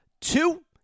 Two